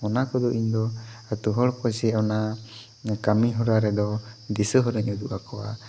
ᱚᱱᱟ ᱠᱚᱫᱚ ᱤᱧ ᱫᱚ ᱟᱛᱳ ᱦᱚᱲ ᱠᱚ ᱡᱮ ᱚᱱᱟ ᱠᱟᱹᱢᱤ ᱦᱚᱨᱟ ᱨᱮᱫᱚ ᱫᱤᱥᱟᱹ ᱦᱚᱨᱟᱧ ᱩᱫᱩᱜ ᱟᱠᱚᱣᱟ